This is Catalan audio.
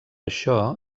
això